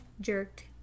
jerked